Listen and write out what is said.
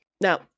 Now